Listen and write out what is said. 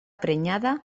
prenyada